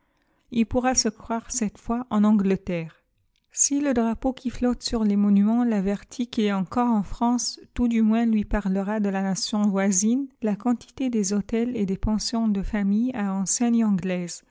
il pourra se croire cette fois en angleterre si le drapeau qui flotte sur les monuments l'avertit qu'il est encore en france tout du moins lui parlera de la nation voisine la quantité des hôtels et des pensions de famille à enseignes anglaises